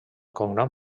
cognom